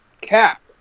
Cap